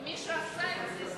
ומי שעשה את זה,